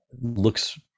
looks